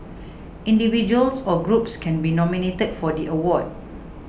individuals or groups can be nominated for the award